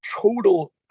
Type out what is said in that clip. total